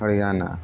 Haryana